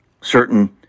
certain